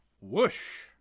Whoosh